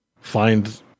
find